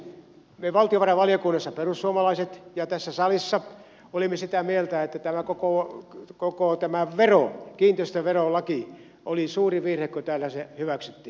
tämän vuoksi valtiovarainvaliokunnassa ja tässä salissa me perussuomalaiset olimme sitä mieltä että koko tämä vero kiinteistöverolaki oli suuri virhe kun se täällä hyväksyttiin